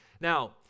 Now